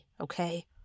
okay